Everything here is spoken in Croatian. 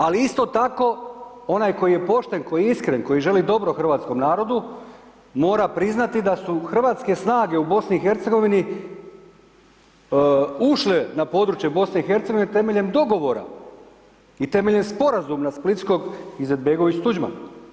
Ali, isto tako, onaj tko je pošten, tko je iskren, tko želi dobro hrvatskom narodu, mora priznati da su hrvatske snage u BIH, ušle na područje BIH temeljem dogovora i temeljem sporazuma Splitskog Izetbegović-Tuđman.